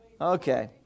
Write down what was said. Okay